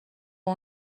اون